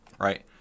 right